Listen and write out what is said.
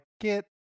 get